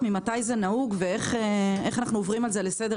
ממתי זה נהוג ואיך אנחנו עוברים על זה לסדר היום.